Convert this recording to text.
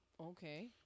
Okay